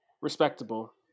respectable